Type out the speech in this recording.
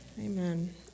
Amen